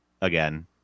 again